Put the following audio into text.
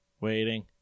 Waiting